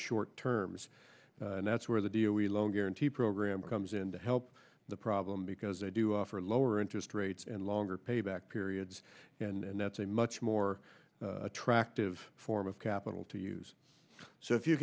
short terms and that's where the deal we loan guarantee program comes in to help the problem because i do offer lower interest rates and longer payback periods and that's a much more attractive form of capital to use so if you